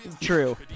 True